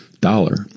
dollar